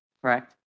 Correct